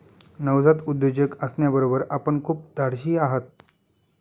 नवजात उद्योजक असण्याबरोबर आपण खूप धाडशीही आहात